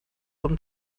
them